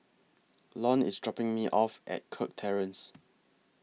Lon IS dropping Me off At Kirk Terrace